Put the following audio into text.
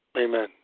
Amen